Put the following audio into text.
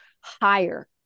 higher